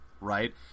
right